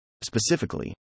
Specifically